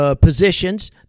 positions